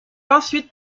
ensuite